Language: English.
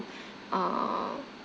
err